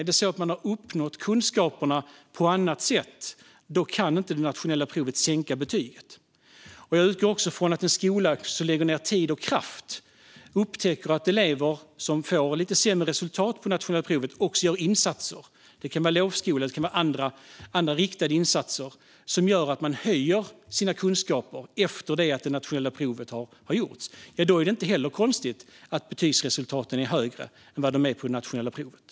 Om kunskaperna har uppnåtts på annat sätt kan det nationella provet inte sänka betyget. Jag utgår också från att en skola lägger ned tid och kraft och gör insatser när det upptäcks att elever får lite sämre resultat på det nationella provet. Det kan handla om lovskola eller andra riktade insatser som gör att eleven höjer sina kunskaper efter det att det nationella provet har gjorts. Då är det inte heller konstigt att betygsresultaten är högre än på det nationella provet.